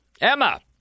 Emma